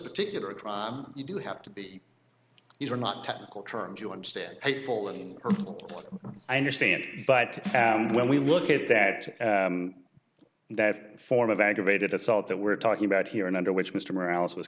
particular tribe you do have to be either not technical terms you understand hateful and i understand but when we look at that that form of aggravated assault that we're talking about here and under which mr morales was